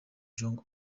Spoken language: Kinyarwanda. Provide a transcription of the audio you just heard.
jong